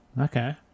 Okay